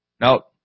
Now